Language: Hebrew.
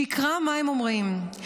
שיקרא מה הם אומרים,